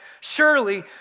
Surely